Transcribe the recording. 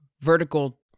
vertical